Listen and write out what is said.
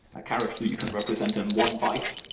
a character you can represent in one byte.